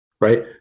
right